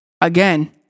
again